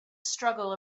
struggle